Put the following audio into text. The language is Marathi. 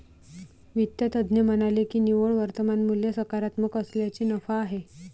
वित्त तज्ज्ञ म्हणाले की निव्वळ वर्तमान मूल्य सकारात्मक असल्यास नफा आहे